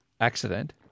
accident